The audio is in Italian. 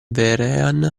vehrehan